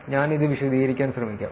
ഞാൻ ഇത് വിശദീകരിക്കാൻ ശ്രമിക്കും